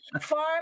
farm